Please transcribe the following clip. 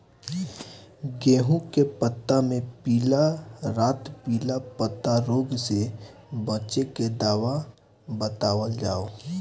गेहूँ के पता मे पिला रातपिला पतारोग से बचें के दवा बतावल जाव?